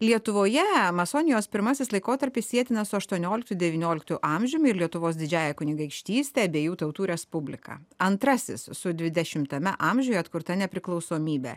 lietuvoje masonijos pirmasis laikotarpis sietinas su aštuonioliktu devynioliktu amžium ir lietuvos didžiąja kunigaikštyste abiejų tautų respublika antrasis su dvidešimtame amžiuj atkurta nepriklausomybe